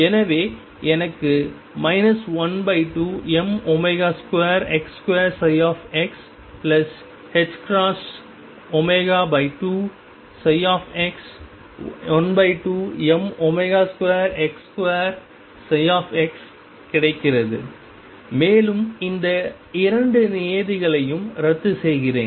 எனவே எனக்கு 12m2x2xℏω2x12m2x2 கிடைக்கிறது மேலும் இந்த 2 நியதிகளையும் ரத்து செய்கிறேன்